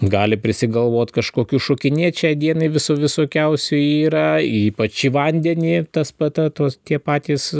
gali prisigalvot kažkokių šokinėt šiai dienai viso visokiausių yra ypač į vandenį tas pat tie patys